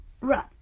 run